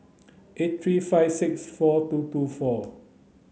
eight three five six four two two four